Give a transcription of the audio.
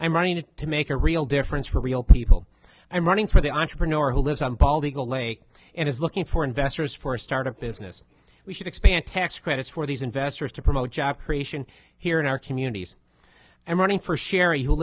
i'm running it to make a real difference for real people i'm running for the entrepreneur who lives on bald eagle lake and is looking for investors for a start a business we should expand tax credits for these investors to promote job creation here in our communities and running for sherry who